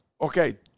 okay